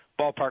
ballpark